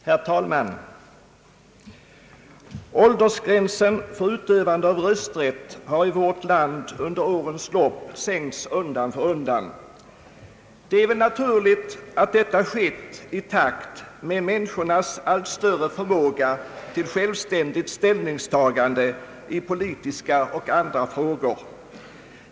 Herr talman! Åldersgränsen för utövande av rösträtt har i vårt land under årens lopp sänkts undan för undan. Det är väl naturligt att detta skett i takt med människornas allt större förmåga till självständigt ställningstagande i politiska och andra frågor.